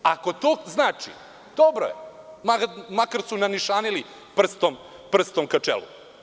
Ako to znači, dobro je, makar su nanišanili prstom ka čelu.